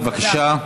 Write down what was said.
בבקשה.